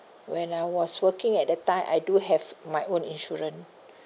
when I was working at that time I do have my own insurance